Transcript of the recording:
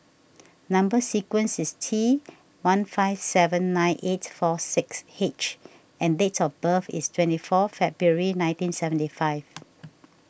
Number Sequence is T one five seven nine eight four six H and date of birth is twenty four February nineteen seventy five